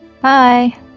Bye